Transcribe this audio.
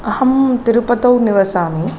अहं तिरुपतौ निवसामि